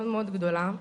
לטובה.